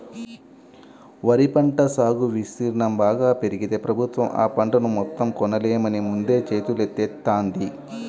వరి పంట సాగు విస్తీర్ణం బాగా పెరిగితే ప్రభుత్వం ఆ పంటను మొత్తం కొనలేమని ముందే చేతులెత్తేత్తంది